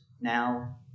now